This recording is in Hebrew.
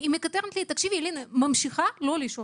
היא מקטרת לי שהיא ממשיכה לא לישון.